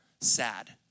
sad